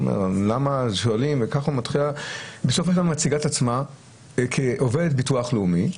היא מציגה את עצמה כעובדת ביטוח לאומי,